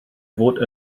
fod